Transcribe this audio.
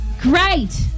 Great